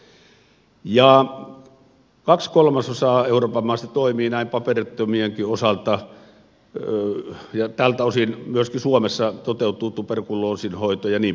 ja kaksi kolmasosaa euroopan maista toimii näin paperittomienkin osalta ja tältä osin myöskin suomessa toteutuu tuberkuloosin hoito ja niin poispäin